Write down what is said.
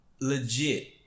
legit